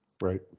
Right